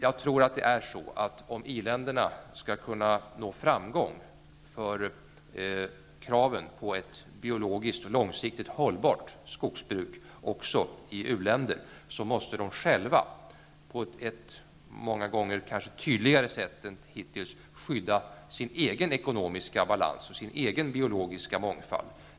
Jag tror att det är så att om i-länderna skall kunna nå framgång för kraven på ett biologiskt och långsiktigt hållbart skogsbruk också i u-länder måste de själva på ett många gånger kanske tydligare sätt än hittills skydda sin egen ekonomiska balans och sin egen biologiska mångfald.